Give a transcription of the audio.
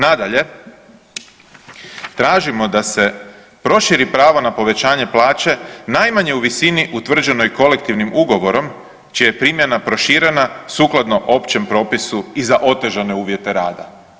Nadalje, tražimo da se proširi pravo na povećanje plaće najmanje u visini kolektivnim ugovorom čija je primjena proširena sukladno općem propisu i za otežane uvjete rada.